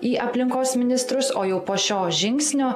į aplinkos ministrus o jau po šio žingsnio